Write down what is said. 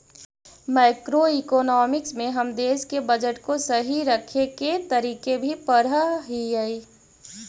macroeconomics में हम देश के बजट को सही रखे के तरीके भी पढ़अ हियई